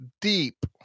deep